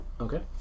okay